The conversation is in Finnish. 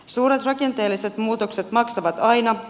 suuret rakenteelliset muutokset maksavat aina